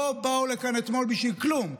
לא באו לכאן אתמול בשביל כלום,